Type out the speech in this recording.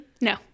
No